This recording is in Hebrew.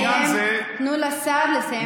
תנו לשר לסיים את דבריו.